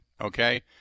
okay